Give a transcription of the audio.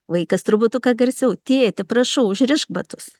vaikas truputuką garsiau tėti prašau užrišk batus